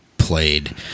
played